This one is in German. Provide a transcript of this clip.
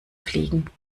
fliegen